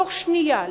בתוך שנייה,